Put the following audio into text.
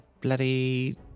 bloody